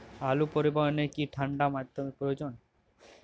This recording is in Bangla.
আলু পরিবহনে কি ঠাণ্ডা মাধ্যম প্রয়োজন?